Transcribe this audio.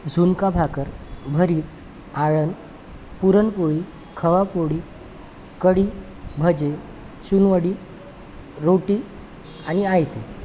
झुणका भाकर भरीत आळण पुरणपोळी खवापोळी कडी भजे चुनवडी रोटी आणि आयते